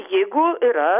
jeigu yra